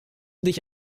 dich